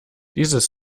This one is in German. dieses